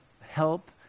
help